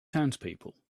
townspeople